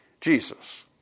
Jesus